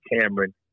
Cameron